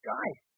Guys